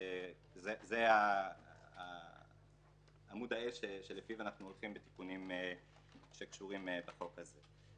שזה עמוד האש שלפיו אנחנו הולכים בתיקונים שקשורים בחוק הזה.